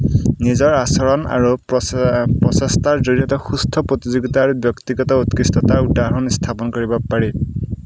নিজৰ আচৰণ আৰু প্ৰচেষ্টাৰ জড়িয়তে সুস্থ প্ৰতিযোগিতা আৰু ব্যক্তিগত উৎকৃষ্টতা উদাহৰণ স্থাপন কৰিব পাৰি